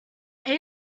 age